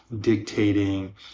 dictating